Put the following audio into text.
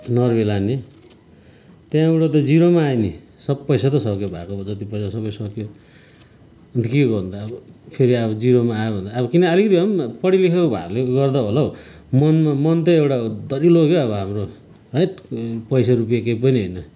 Norway लाने त्यहाँबाट त जिरोमा आयो नि सब पैसा त सकियो भएको जति पैसा सबै सकियो अन्त के गर्नु त अब फेरि अब जिरोमा आयो भनेर अब किन अलिकति भए पनि पढालेखा भएकोले गर्दा होला हौ मनमा मन त एउटा दह्रिलो क्या हौ अब हाम्रो हैट पैसा रुपियाँ केही पनि होइन